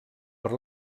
per